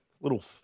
little